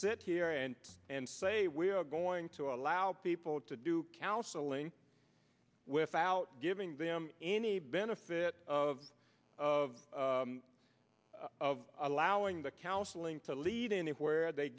sit here and and say we are going to allow people to do counseling without giving them any benefit of of allowing the counseling to lead anywhere they